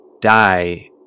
die